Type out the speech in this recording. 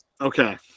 okay